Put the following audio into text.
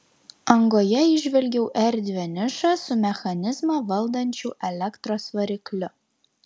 angoje įžvelgiau erdvią nišą su mechanizmą valdančiu elektros varikliu